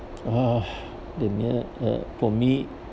uh the near uh for me